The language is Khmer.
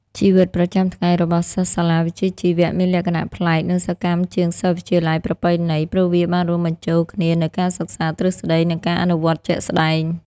ជីវិតប្រចាំថ្ងៃរបស់សិស្សសាលាវិជ្ជាជីវៈមានលក្ខណៈប្លែកនិងសកម្មជាងសិស្សវិទ្យាល័យប្រពៃណី ព្រោះវាបានរួមបញ្ចូលគ្នានូវការសិក្សាទ្រឹស្តី និងការអនុវត្តជាក់ស្តែង។